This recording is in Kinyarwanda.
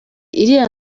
iriya